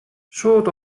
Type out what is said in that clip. шууд